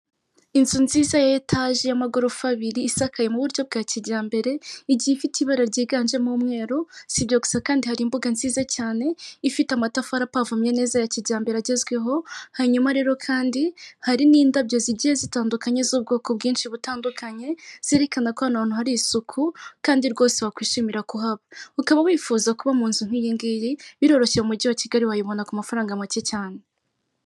Inzu nziza ya etaje y'amagorofa abiri, isakaye mu buryo bwa kijyambere, igiye ifite ibara ryiganjemo umweru, si ibyo gusa kandi hari imbuga nziza cyane, ifite amatafari apavomye neza ya kijyambere, agezweho, hanyuma rero kandi hari n'indabyo zigiye zitandukanye z'ubwoko bwinshi butandukanye, zerekana ko hano hantu hari isuku kandi rwose wakwishimira kuhaba. Ukaba wifuza kuba mu nzu nk'iyi ngiyi, biroroshye, mujyi wa Kigali wayibona ku mafaranga make cyane.